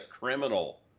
criminal